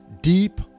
deep